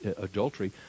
adultery